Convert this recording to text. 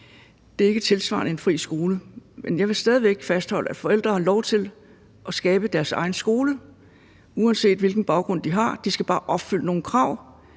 det er ikke tilsvarende en fri skole. Men jeg vil stadig væk fastholde, at forældre har lov til at skabe deres egen skole, uanset hvilken baggrund de har. De skal bare opfylde nogle krav,